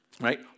right